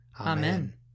Amen